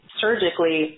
surgically